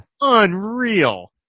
unreal